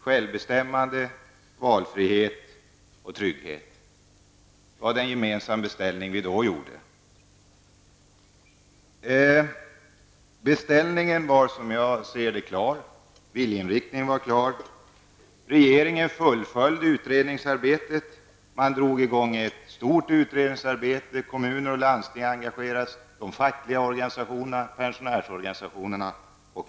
Självbestämmande, trygghet och valfrihet var alltså den gemensamma beställning vi då gjorde. Beställningen var klar, likaså viljeinriktningen. Regeringen fullföljde utredningsarbetet; man drog i gång ett stort utredningsarbete. Kommuner och landsting engagerades, likaså de fackliga organisationerna och pensionärsorganisationerna.